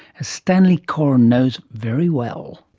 as stanley coren knows very well.